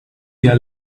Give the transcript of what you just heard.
their